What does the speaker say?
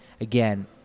again